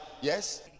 Yes